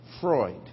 Freud